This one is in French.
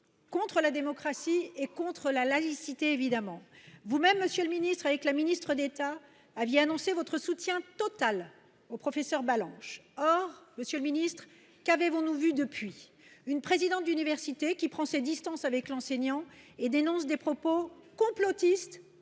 contre la démocratie et contre la laïcité, évidemment. Vous-même, Monsieur le Ministre, avec la Ministre d'État, aviez annoncé votre soutien total au Professeur Balanche. Or, Monsieur le Ministre, qu'avez-vous nous vu depuis ? Une présidente d'université qui prend ses distances avec l'enseignant et dénonce des propos complotistes